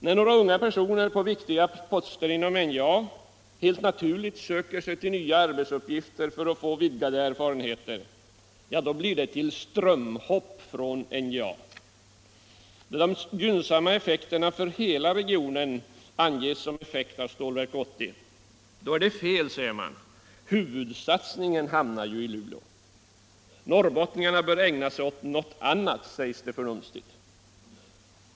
När några unga personer på viktiga poster inom NJA helt naturligt söker sig till nya arbetsuppgifter för att få vidgade erfarenheter, då blir det till ”strömhopp från NJA”. När de gynnsamma effekterna för hela regionen anges som effekt av Stålverk 80, då är det fel, säger man, för huvudsatsningen hamnar ju i Luleå. Norrbottningarna bör ägna sig åt ”något annat”, sägs det för numstigt.